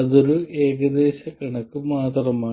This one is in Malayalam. അത് ഒരു ഏകദേശ കണക്ക് മാത്രമാണ്